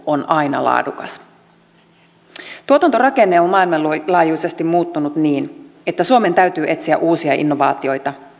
on aina laadukas tuotantorakenne on maailmanlaajuisesti muuttunut niin että suomen täytyy etsiä uusia innovaatioita